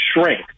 shrink